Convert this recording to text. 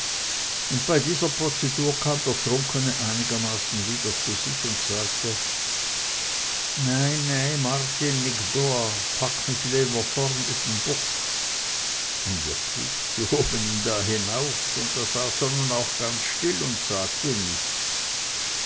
und bei dieser prozedur kam der trunkene einigermaßen wieder zu sich und sagte nei nei martin nich doa pack mi lewer vörn upp'n bock und wirklich sie hoben ihn da hinauf und da saß er nun auch ganz still und sagte nichts